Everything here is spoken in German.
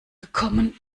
gekommen